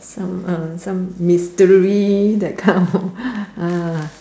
some uh some mystery that kind of uh